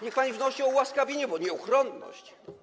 Niech pani wnosi o ułaskawienie, bo nieuchronność.